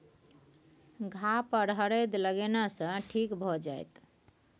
घाह पर हरदि लगेने सँ ठीक भए जाइत